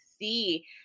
see